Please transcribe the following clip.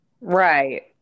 Right